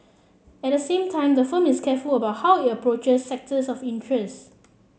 at the same time the firm is careful about how it approaches sectors of interest